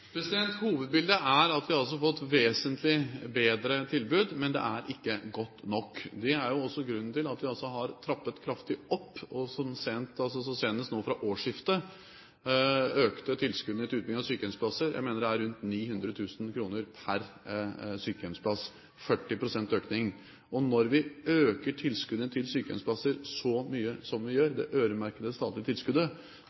Hovedbildet er at vi har fått et vesentlig bedre tilbud, men det er ikke godt nok. Det er også grunnen til at vi har trappet kraftig opp og senest nå fra årsskiftet økte tilskuddene til utbygging av sykehjemsplasser – jeg mener det er rundt 900 000 kr per sykehjemsplass, 40 pst. økning. Når vi øker det øremerkede statlige tilskuddet til sykehjemsplasser så mye som vi gjør,